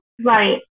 Right